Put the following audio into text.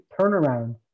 turnaround